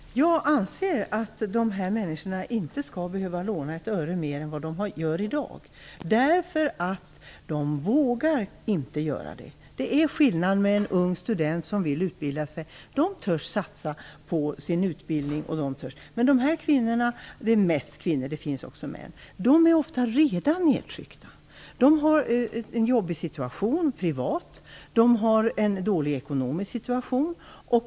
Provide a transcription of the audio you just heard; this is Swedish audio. Fru talman! Jag anser att de här människorna inte skall behöva låna ett öre mer än vad de i dag lånar. De vågar inte göra det. Det är skillnader här. Unga studenter som vill utbilda sig törs satsa på sin utbildning. Men de kvinnor det här gäller - det är oftast fråga om kvinnor, även om det också gäller män - är ofta redan nedtryckta. De har en jobbig situation privat. De har en dålig ekonomisk situation.